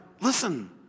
listen